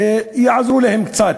יעזרו להם קצת.